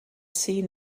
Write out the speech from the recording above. seen